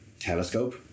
Telescope